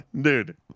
dude